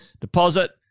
Deposit